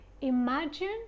Imagine